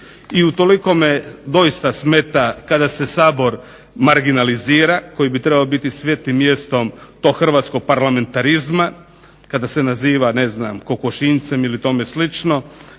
I utoliko me doista smeta kada se Sabor marginalizira, koji bi trebao biti svetim mjestom tog hrvatskog parlamentarizma, kada se naziva, ne znam kokošinjcem ili tome slično